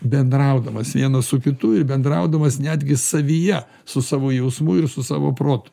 bendraudamas vienas su kitu ir bendraudamas netgi savyje su savo jausmu ir su savo protu